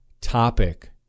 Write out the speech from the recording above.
topic